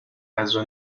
نذر